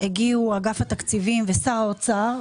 הגיעו אגף התקציבים ושר האוצר,